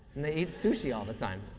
and they eat sushi all the time.